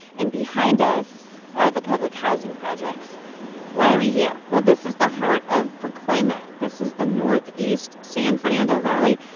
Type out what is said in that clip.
and behind us are the public housing projects why are we here? well, this is the heart of pacoima. this is the northeast san fernando valley.